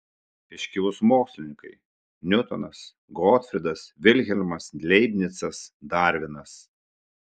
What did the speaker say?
iškilūs mokslininkai niutonas gotfrydas vilhelmas leibnicas darvinas